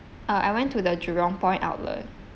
uh I went to the Jurong point outlet